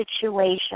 situation